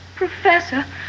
Professor